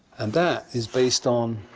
and that is based on.